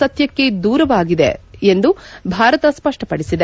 ಸತ್ಯಕ್ಕೆ ದೂರವಾಗಿವೆ ಎಂದು ಭಾರತ ಸ್ಪಷ್ಟಪಡಿಸಿದೆ